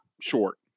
short